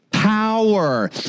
power